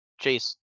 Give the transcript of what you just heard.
Chase